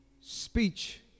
speech